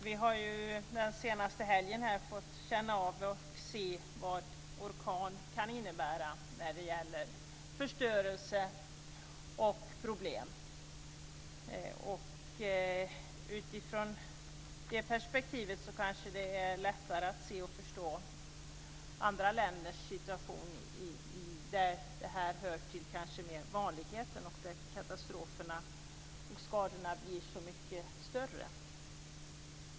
Vi har den senaste helgen fått känna av och se vad en orkan kan innebära när det gäller förstörelse och problem. Utifrån det perspektivet kanske det är lättare att se och förstå andra länders situation där det här mera hör till vanligheter och där katastroferna och skadorna blir så mycket större.